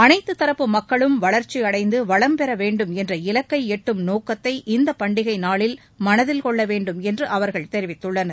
அனைத்து தரப்பு மக்களும் வளர்ச்சியடைந்து வளம் பெற வேண்டும் என்ற இலக்கை எடடும் நோக்கத்தை இந்த பண்டிகை நாளில் மனதில் கொள்ள வேண்டும் என்று அவர்கள் தெரிவித்துள்ளனர்